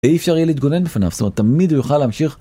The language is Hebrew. אי אפשר יהיה להתגונן בפניו, זאת אומרת תמיד הוא יוכל להמשיך.